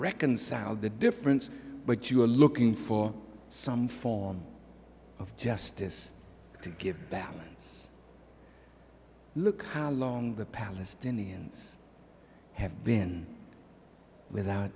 reconcile the difference but you are looking for some form of justice to give balance look how long the palestinians have been without